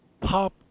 pop